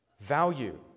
value